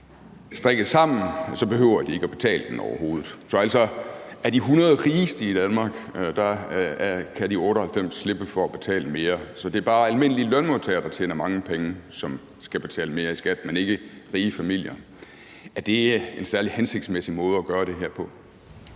strikket sammen, behøver de ikke at betale den, overhovedet. Så altså, af de 100 rigeste familier i Danmark kan de 98 slippe for at betale mere. Så det er bare almindelige lønmodtagere, der tjener mange penge, som skal betale mere i skat, men ikke rige familier. Er det en særlig hensigtsmæssig måde at gøre det her på?